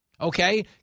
Okay